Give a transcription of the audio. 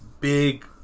big